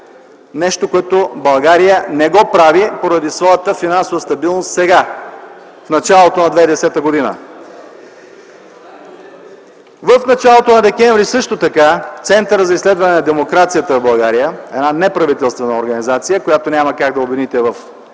нещо, което България не го прави, поради своята финансова стабилност сега, в началото на 2010 г. В началото на м. декември 2009 г. Центърът за изследване на демокрацията в България – неправителствена организация, която няма как да обвините в партийна